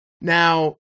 Now